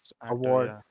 award